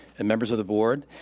and members of the board.